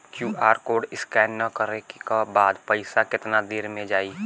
QR code scan करे क बाद पइसा केतना देर म जाई?